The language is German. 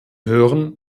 hören